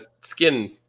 skin